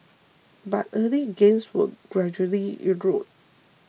but early gains were gradually eroded